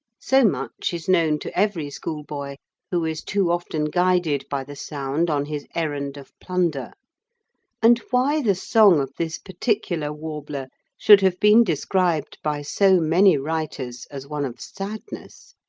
so much is known to every schoolboy who is too often guided by the sound on his errand of plunder and why the song of this particular warbler should have been described by so many writers as one of sadness,